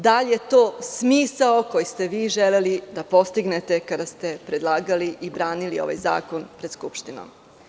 Da li je to smisao koji ste želeli da postignete kada ste predlagali i branili ovaj zakon pred Skupštinom?